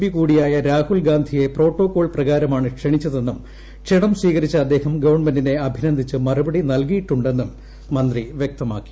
P കൂടിയായ രാഹുൽഗാന്ധിയെ protocol പ്രകാരമാണ് ക്ഷണിച്ചതെന്നും ക്ഷണം സ്വീകരിച്ച അദ്ദേഹം ഗവൺമെന്റിനെ അഭിനന്ദിച്ച് മറുപടി നല്കിയിട്ടുണ്ടെന്നും മന്ത്രി വ്യക്തമാക്കി